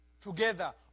together